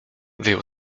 wyjął